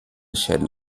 schäden